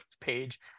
page